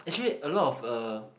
actually a lot of uh